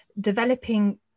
developing